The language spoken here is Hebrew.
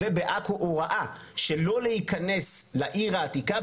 ובעכו הוראה שלא להיכנס לעיר העתיקה.